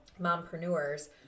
mompreneurs